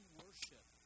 worship